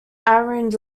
arid